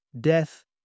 death